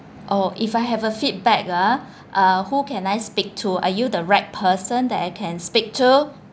oh if I have a feedback ah uh who can I speak to are you the right person that I can speak to